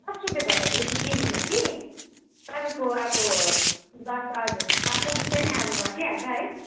दस रुपियाँ घटाइदिँदैछु केजीमा कि तपाईँको अब दस हजुर चार सय जस्तो नै अब घटिहाल्छ है